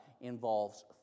involves